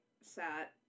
sat